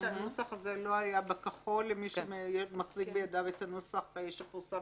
שהנוסח הזה לא היה בנוסח הכחול למי שמחזיק בידיו את הנוסח שפורסם